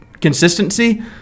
consistency –